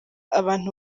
abantu